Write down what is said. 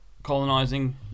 Colonizing